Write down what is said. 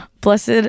blessed